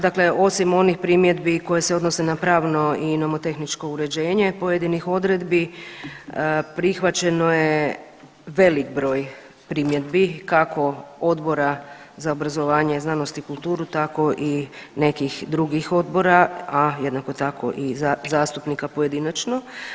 Dakle, osim onih primjedbi koje se odnose na pravno i nomotehničko uređenje pojedinih odredbi prihvaćeno je velik broj primjedbi kako Odbora za obrazovanje, znanost i kulturu tako i nekih drugih odbora, a jednako tako i zastupnika pojedinačno.